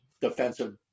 defensive